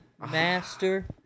master